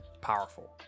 powerful